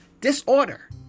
disorder